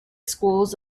schools